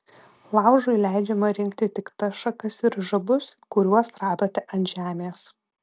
laužui leidžiama rinkti tik tas šakas ir žabus kuriuos radote ant žemės